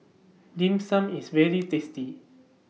Dim Sum IS very tasty